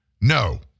no